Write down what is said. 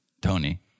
Tony